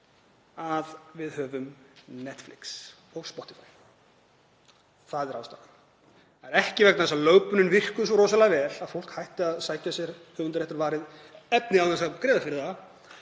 að við höfum Netflix og Spotify. Það er ástæðan. Það er ekki vegna þess að lögbönnin hafi virkað svo rosalega vel að fólk hætti að sækja sér höfundaréttarvarið efni án þess að greiða fyrir það,